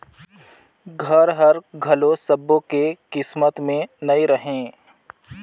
घर हर घलो सब्बो के किस्मत में नइ रहें